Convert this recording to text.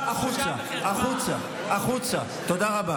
פעם שנייה אני קורא אותך לסדר.